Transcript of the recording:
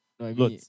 No